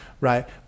right